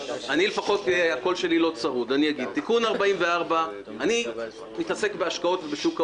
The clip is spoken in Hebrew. אמורים לפעול אם זה בסיס המחשבה.